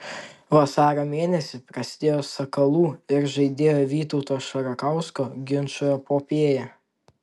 vasario mėnesį prasidėjo sakalų ir žaidėjo vytauto šarakausko ginčų epopėja